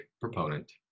proponent